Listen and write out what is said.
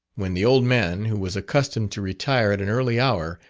when the old man, who was accustomed to retire at an early hour,